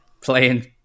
playing